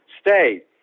stay